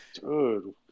dude